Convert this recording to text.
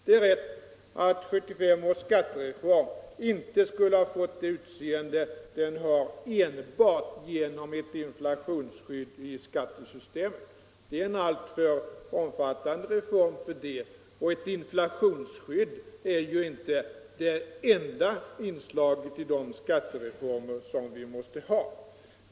Det är riktigt att 1975 års skattereform inte skulle ha fått det utseende den har enbart genom ett inflationsskydd i skattesystemet; reformen är alltför omfattande för det, och ett inflationsskydd är ju inte det enda inslaget i de skattereformer som vi måste ha.